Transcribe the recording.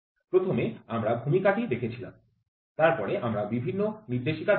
প্রথমে আমরা ভূমিকাটি দেখেছিলাম তারপরে আমরা বিভিন্ন নির্দেশিকা দেখলাম